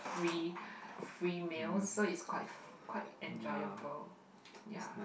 free free meals so is quite quite enjoyable